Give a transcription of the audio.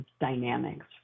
dynamics